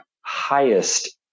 highest